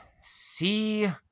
see